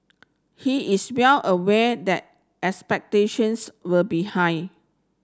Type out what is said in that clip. he is well aware that expectations will be high